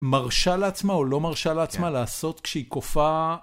מרשה לעצמה או לא מרשה לעצמה לעשות כשהיא קופה...